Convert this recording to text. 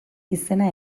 izena